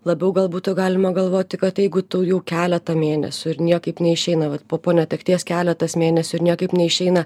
labiau gal būtų galima galvoti kad jeigu tu jau keletą mėnesių ir niekaip neišeina vat po po netekties keletas mėnesių ir niekaip neišeina